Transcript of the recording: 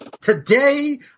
Today